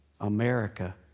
America